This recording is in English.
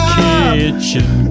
kitchen